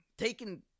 taking